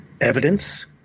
evidence